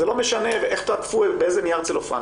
וזה לא משנה באיזה נייר צלופן תעטפו את זה.